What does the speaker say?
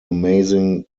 amazing